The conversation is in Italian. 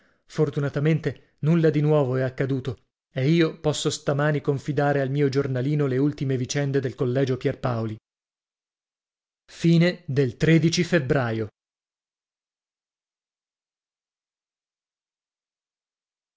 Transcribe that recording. fortunatamente nulla di nuovo è accaduto e io posso stamani confidare al mio giornalino le ultime vicende del collegio ierpaoli febbraio